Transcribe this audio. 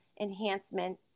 enhancement